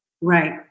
Right